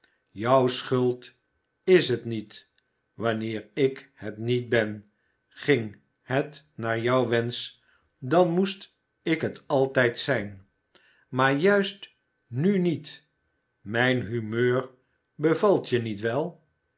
jou schuld is het niet wanneer ik het niet ben ging het naar jou wensch dan moest ik het altijd zijn maar juist nu niet mijn humeur bevalt je niet wel